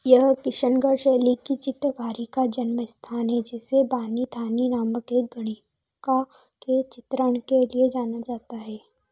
यह किशनगढ़ शैली की चित्रकारी का जन्मस्थान है जिसे बानी थानी नामक एक गणिका के चित्रण के लिए जाना जाता है